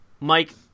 Mike